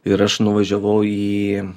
ir aš nuvažiavau į